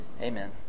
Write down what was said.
Amen